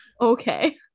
Okay